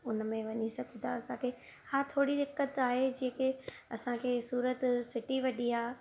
उन में वञी सघू था असांखे हा थोरी दिक़त आहे जेके असांखे सूरत सिटी वॾी आहे